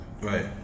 right